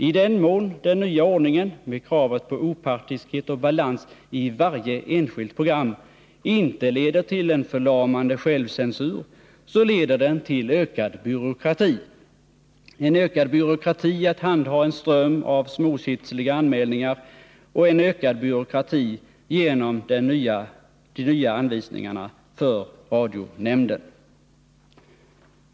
I den mån den nya ordningen med kravet på opartiskhet och balans i varje enskilt program inte leder till en förlamande självcensur så leder den till ökad byråkrati — en ökad byråkrati med att handha en ström av småkitsliga anmälningar och en ökad byråkrati genom de nya anvisningarna för radionämnden.